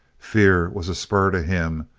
fear was a spur to him,